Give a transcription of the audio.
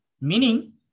Meaning